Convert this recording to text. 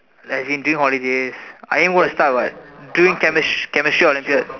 as in during holidays I wasn't go start what during during chemistry Olympiad